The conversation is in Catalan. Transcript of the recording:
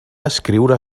escriure